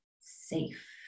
safe